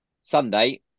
Sunday